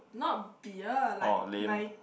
not beer like my